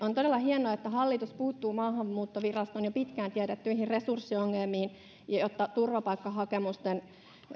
on todella hienoa että hallitus puuttuu maahanmuuttoviraston jo pitkään tiedettyihin resurssiongelmiin jotta turvapaikkahakemusten